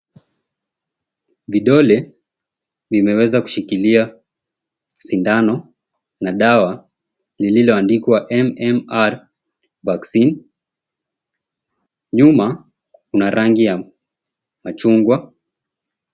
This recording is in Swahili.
Vidole vimeweza kushikilia sindano na dawa liloiloandikwa, MMR VACCINE. Nyuma kuna rangi ya machungwa.